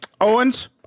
Owens